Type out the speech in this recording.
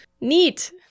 Neat